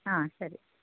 ಹಾಂ ಸರಿ